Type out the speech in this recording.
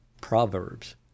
Proverbs